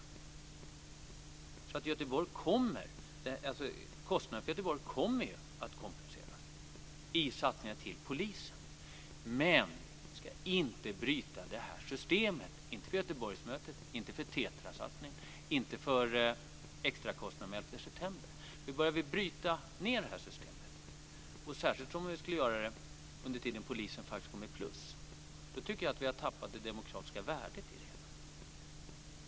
Kostnaden för Göteborgsmötet kommer ju att kompenseras i satsningar till polisen, men vi ska inte bryta det här systemet, inte för Göteborgsmötet, inte för TETRA-satsningen och inte för extrakostnader efter den 11 september. Om vi börjar bryta ned det här systemet, och särskilt om vi skulle göra det under den tid då polisen faktiskt går med plus, tycker jag att vi har tappat det demokratiska värdet i det hela.